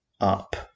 up